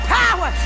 power